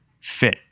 fit